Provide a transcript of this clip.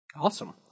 Awesome